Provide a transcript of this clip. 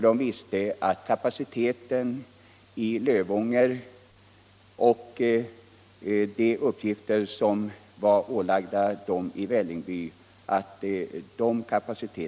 De visste nämligen = ning i Lövånger, att kapaciteten i Lövånger och Vällingby var tillräcklig.